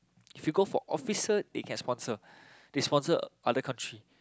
if you go for officer they can sponsor they sponsor other country